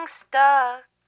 stuck